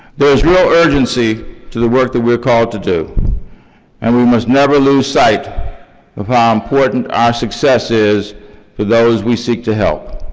there's real urgency to the work that we're called to do and we must never lose sight of how important our success is for those we seek to help.